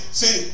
see